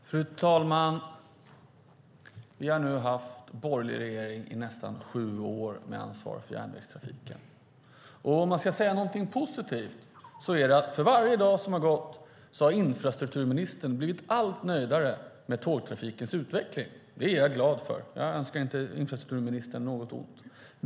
Fru talman! Vi har nu haft en borgerlig regering som har haft ansvar för järnvägstrafiken i nästan sju år. Om man ska säga något positivt är det att för varje dag som har gått har infrastrukturministern blivit allt nöjdare med tågtrafikens utveckling. Det är jag glad för. Jag önskar inte infrastrukturministern något ont.